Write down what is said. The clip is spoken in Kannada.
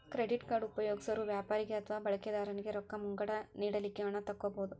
ಕ್ರೆಡಿಟ್ ಕಾರ್ಡ್ ಉಪಯೊಗ್ಸೊರು ವ್ಯಾಪಾರಿಗೆ ಅಥವಾ ಬಳಕಿದಾರನಿಗೆ ರೊಕ್ಕ ಮುಂಗಡ ನೇಡಲಿಕ್ಕೆ ಹಣ ತಕ್ಕೊಬಹುದು